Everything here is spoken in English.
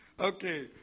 Okay